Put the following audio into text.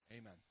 Amen